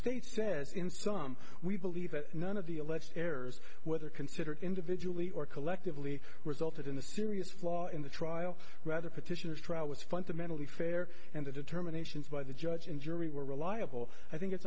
state says in some we believe that none of the alleged errors whether considered individually or collectively resulted in the serious flaw in the trial rather petitioners trial was fundamentally fair and the determinations by the judge and jury were reliable i think it's